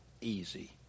easy